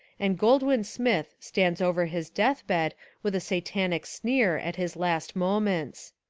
and goldwin smith stands over his death bed with a satanic sneer at his last moments.